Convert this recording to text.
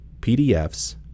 PDFs